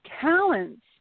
talents